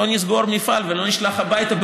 לא נסגור מפעל ולא נשלח הביתה,